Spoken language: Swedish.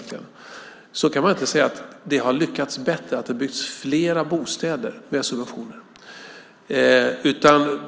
Man kan man inte säga att de har lyckats bättre, att det har byggts fler bostäder via subventioner.